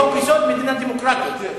חוק-יסוד: מדינה דמוקרטית,